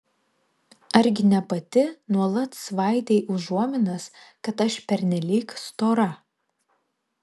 argi ne pati nuolat svaidei užuominas kad aš pernelyg stora